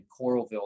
Coralville